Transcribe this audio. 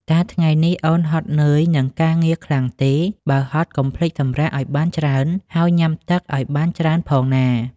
តើថ្ងៃនេះអូនហត់នឿយនឹងការងារខ្លាំងទេ? បើហត់ កុំភ្លេចសម្រាកឱ្យបានច្រើន ហើយញ៉ាំទឹកឱ្យបានច្រើនផងណា។